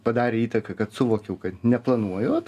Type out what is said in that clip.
padarė įtaką kad suvokiau kad neplanuoju vat